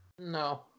No